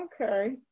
okay